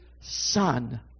Son